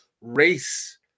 race